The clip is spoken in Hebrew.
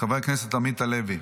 חבר הכנסת עמית הלוי,